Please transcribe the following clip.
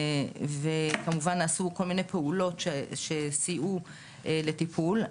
וכמובן נעשו כל מיני פעולות שסייעו לטיפול.